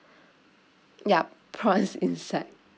yup prawns inside